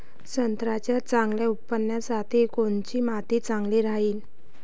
संत्र्याच्या चांगल्या उत्पन्नासाठी कोनची माती चांगली राहिनं?